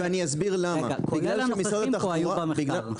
כל הנוכחים פה היו במחקר.